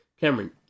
Cameron